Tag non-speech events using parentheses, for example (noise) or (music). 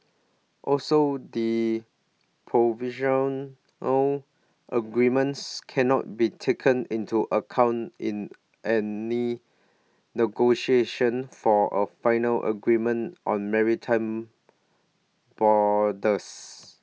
also the provisional agreements cannot be taken into account in any negotiations for A final agreement on maritime (unintelligible)